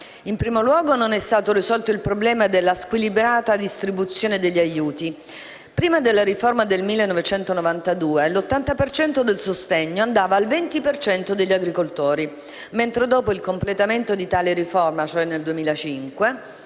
In primo luogo, non è stato risolto il problema della squilibrata distribuzione degli aiuti. Prima della riforma del 1992, l'80 per cento del sostegno andava al 20 per cento degli agricoltori, mentre dopo il completamento di tale riforma (cioè nel 2005),